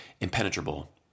impenetrable